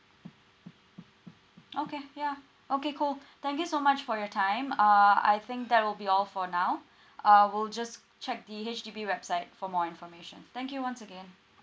okay yeah okay cool thank you so much for your time err I think that will be all for now uh we'll just check the H_D_B website for more information thank you once again